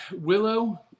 Willow